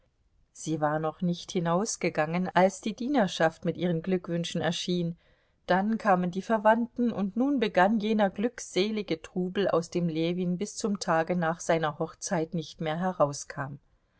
sie war noch nicht hinausgegangen als die dienerschaft mit ihren glückwünschen erschien dann kamen die verwandten und nun begann jener glückselige trubel aus dem ljewin bis zum tage nach seiner hochzeit nicht mehr herauskam